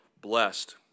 blessed